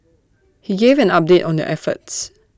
he gave an update on their efforts